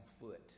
foot